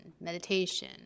meditation